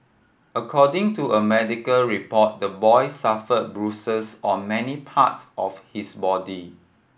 according to a medical report the boy suffered bruises on many parts of his body